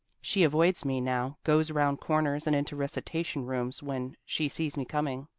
she avoids me now goes around corners and into recitation rooms when she sees me coming.